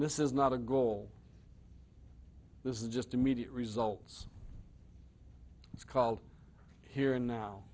this is not a goal this is just immediate results it's called here and now